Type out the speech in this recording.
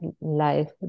life